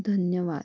धन्यवाद